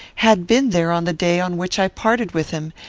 had been there on the day on which i parted with him,